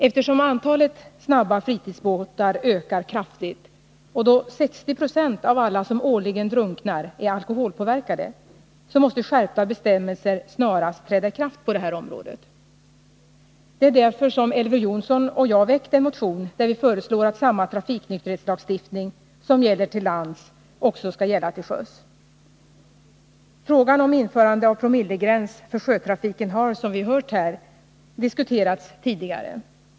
Eftersom antalet snabba fritidsbåtar ökar kraftigt och då 60 20 av alla som årligen drunknar är alkoholpåverkade, måste skärpta bestämmelser snarast träda i kraft på det här området. Det är därför som Elver Jonsson och jag har väckt en motion där vi föreslår att samma trafiknykterhetslagstiftning som gäller till lands också skall gälla till sjöss. Frågan om införande av promillegräns för sjötrafiken har, som vi hört här i dag, diskuterats tidigare.